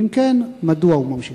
ואם כן, מדוע הוא ממשיך?